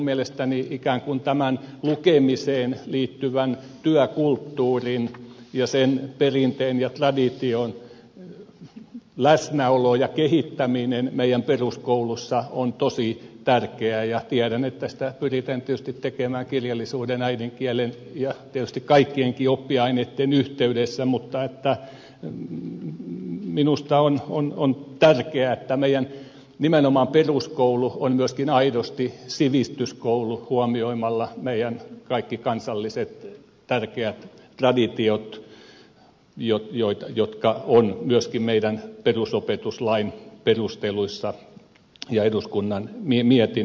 minun mielestäni ikään kuin tämän lukemiseen liittyvän työkulttuurin ja sen perinteen ja tradition läsnäolo ja kehittäminen meidän peruskoulussamme on tosi tärkeää ja tiedän että sitä pyritään tietysti tekemään kirjallisuuden äidinkielen ja tietysti kaikkienkin oppiaineitten yhteydessä mutta minusta on tärkeää että nimenomaan meidän peruskoulumme on myöskin aidosti sivistyskoulu huomioimalla meidän kaikki kansalliset tärkeät traditiomme jotka ovat myöskin meidän perusopetuslakimme perusteluissa ja eduskunnan mietinnöissä